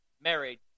married